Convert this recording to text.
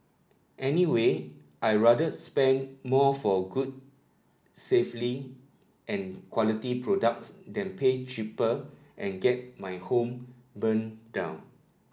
anyway I'd rather spend more for good safely and quality products than pay cheaper and get my home burnt down